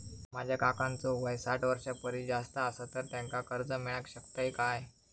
माझ्या काकांचो वय साठ वर्षां परिस जास्त आसा तर त्यांका कर्जा मेळाक शकतय काय?